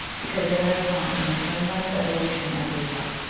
because they are not in the same line of evolution as we are.